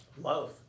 Love